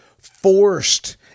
forced